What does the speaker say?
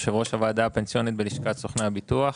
יושב ראש הוועדה הפנסיונית בלשכת סוכני הביטוח.